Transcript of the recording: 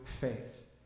faith